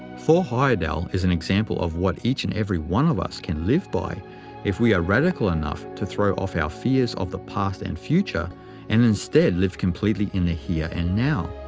thor heyerdahl is an example of what each and every one of us can live by if we are radical enough to throw off our fears of the past and future and instead live completely in the here and now.